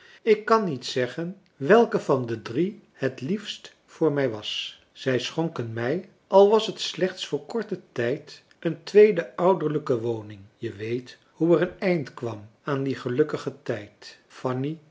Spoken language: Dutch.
ik kan niet zeggen welke van de drie het liefst voor mij was zij schonken mij al was het slechts voor korten tijd een tweede ouderlijke woning je weet hoe er een eind kwam aan dien gelukkigen tijd fanny